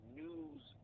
news